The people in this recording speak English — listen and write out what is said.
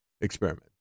experiment